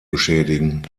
beschädigen